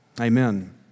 Amen